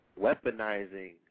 weaponizing